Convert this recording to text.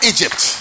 Egypt